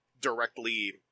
directly